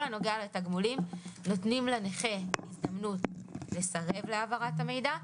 הנוגע לתגמולים נותנים לנכה הזדמנות לסרב להעברת המידע,